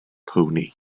pony